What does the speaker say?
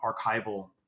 archival